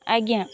ଆଜ୍ଞା